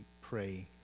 pray